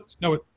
No